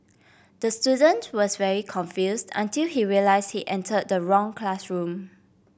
the student was very confused until he realised he entered the wrong classroom